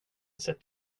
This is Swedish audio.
sett